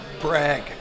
brag